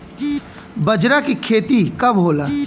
बजरा के खेती कब होला?